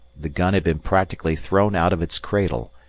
the gun had been practically thrown out of its cradle,